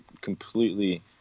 completely